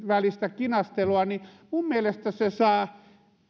välistä kinastelua minun mielestäni saa